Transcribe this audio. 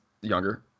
younger